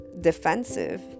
defensive